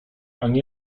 ani